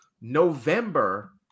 November